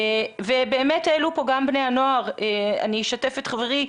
ובאמת העלו פה גם בני הנוער, אני אשתף את חברי,